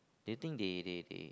do you they they they